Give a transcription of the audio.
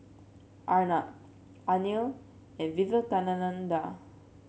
Arnab Anil and Vivekananda